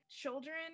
Children